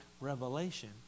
Revelation